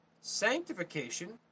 Sanctification